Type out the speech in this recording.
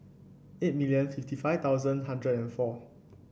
eight million fifty five thousand hundred and four